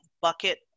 bucket